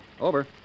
Over